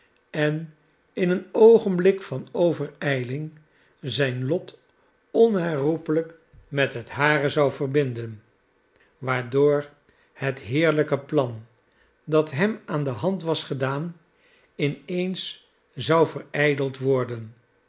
en in een oogenblik van overijling zijn lot onherroepelijk met het hare zou verbinden waardoor het heerlijke plan dat hem aan de hand was gedaan in eens zou verijdeld worden